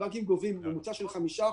הבנקים גובים ממוצע של 5%,